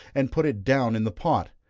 and put it down in the pot,